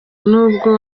nubwo